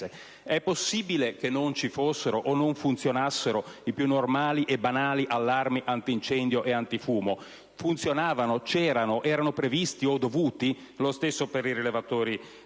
È possibile che non ci fossero, o non funzionassero, i più normali e banali allarmi antincendio e antifumo? Funzionavano? C'erano? Erano previsti o dovuti? Lo stesso per i rilevatori